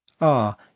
Ah